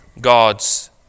God's